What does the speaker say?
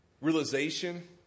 realization